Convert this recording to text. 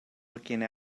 looking